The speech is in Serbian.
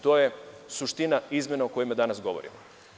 To je suština izmena o kojima danas govorimo.